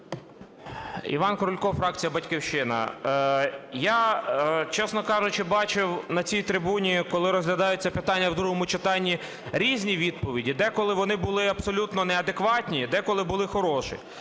Іван Крулько, фракція "Батьківщина". Я, чесно кажучи, бачив на цій трибуні, коли розглядається питання в другому читанні, різні відповіді. Деколи вони були абсолютно неадекватні, деколи були хороші.